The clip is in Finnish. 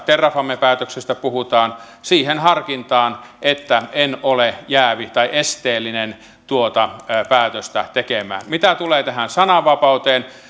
terrafame päätöksestä puhutaan siihen harkintaan että en ole esteellinen tuota päätöstä tekemään mitä tulee tähän sananvapauteen